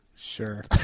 Sure